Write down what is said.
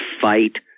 fight